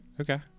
Okay